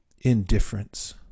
indifference